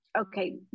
okay